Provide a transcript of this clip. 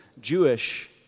Jewish